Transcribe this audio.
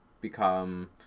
become